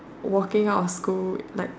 walking out of school like